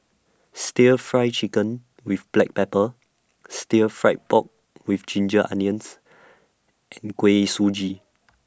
Stir Fry Chicken with Black Pepper Stir Fried Pork with Ginger Onions and Kuih Suji